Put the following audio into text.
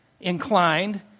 inclined